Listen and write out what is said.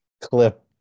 Clip